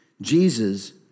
Jesus